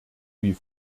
wie